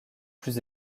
plus